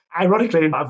ironically